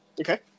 Okay